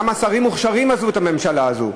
למה שרים מוכשרים עזבו את הממשלה הזו.